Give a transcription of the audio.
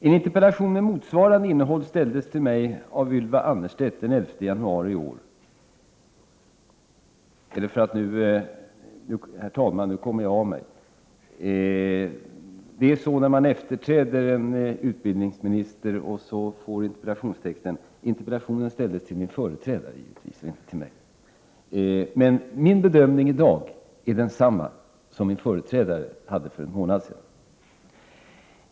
En interpellation med motsvarande innehåll ställdes till mig — eller rättare sagt till min företrädare-av Ylva Annerstedt den 11 januari i år. Min bedömning i dag är densamma som den min företrädare hade för en månad sedan.